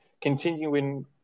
continuing